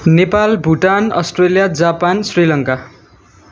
Nepal Bhutan Australia Japan Sri Lanka